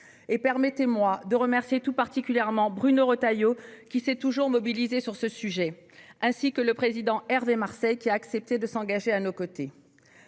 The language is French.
Je veux aussi remercier, plus particulièrement, Bruno Retailleau, qui s'est toujours mobilisé sur ce sujet, ainsi que le président Hervé Marseille, qui a accepté de s'engager à nos côtés.